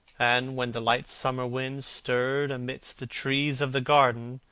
and when the light summer wind stirred amidst the trees of the garden,